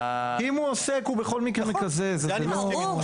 אם הוא עוסק הוא בכל מקרה מקזז אז זה לא משנה.